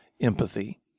empathy